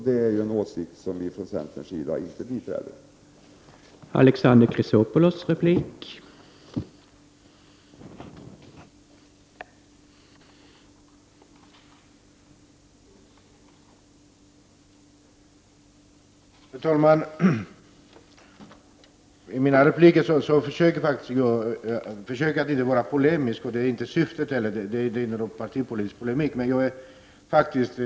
Det är en åsikt som vi från centerns sida inte instämmer i.